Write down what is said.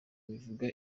bivuga